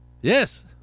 Yes